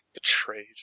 Betrayed